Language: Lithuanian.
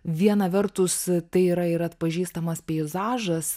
viena vertus tai yra ir atpažįstamas peizažas